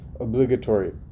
obligatory